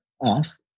Off